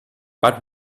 but